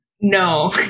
No